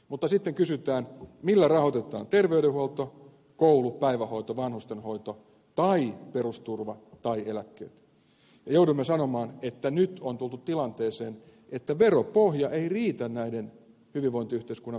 mutta sitten kysytään millä rahoitetaan terveydenhuolto koulu päivähoito vanhustenhoito tai perusturva tai eläkkeet ja joudumme sanomaan että nyt on tultu tilanteeseen että veropohja ei riitä näiden hyvinvointiyhteiskunnan perusasioiden hoitamiseen